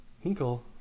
Hinkle